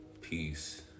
Peace